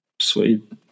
Sweet